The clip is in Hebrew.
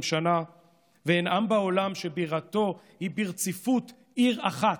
שנה ואין עם בעולם שבירתו היא ברציפות עיר אחת,